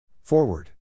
Forward